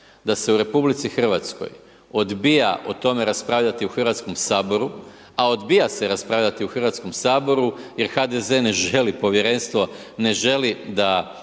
da se u RH odbija o tome raspravljati u Hrvatskom saboru, a odbija se raspravljati u Hrvatskom saboru jer HDZ ne želi povjerenstvo, ne želi da